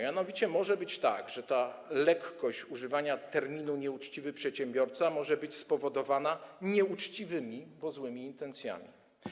Mianowicie ta lekkość używania terminu „nieuczciwy przedsiębiorca” może być spowodowana nieuczciwymi, bo złymi intencjami.